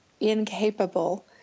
incapable